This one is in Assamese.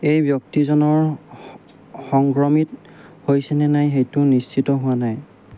এই ব্যক্তিজনৰ স সংক্ৰমিত হৈছেনে নাই সেইটো নিশ্চিত হোৱা নাই